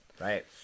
Right